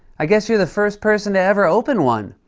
i guess you're the first person to ever open one.